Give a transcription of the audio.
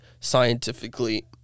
scientifically